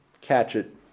catch-it